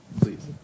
please